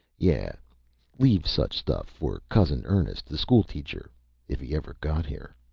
yeah leave such stuff for cousin ernest, the school teacher if he ever got here.